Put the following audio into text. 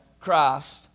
Christ